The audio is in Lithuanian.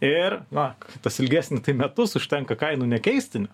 ir va tas ilgesnį metus užtenka kainų nekeisti